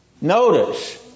Notice